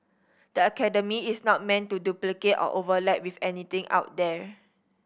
the academy is not meant to duplicate or overlap with anything out there